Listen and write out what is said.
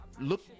look